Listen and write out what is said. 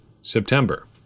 September